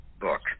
book